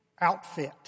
outfit